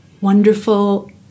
wonderful